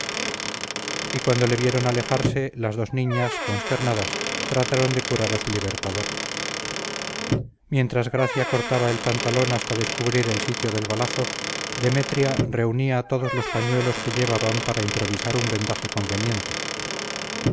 y cuando le vieron alejarse las dos niñas consternadas trataron de curar a su libertador mientras gracia cortaba el pantalón hasta descubrir el sitio del balazo demetria reunía todos los pañuelos que llevaban para improvisar un vendaje conveniente